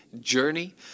journey